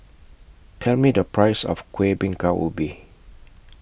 Tell Me The Price of Kuih Bingka Ubi